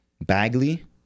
Bagley